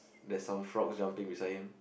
there's some frog jumping beside him